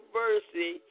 mercy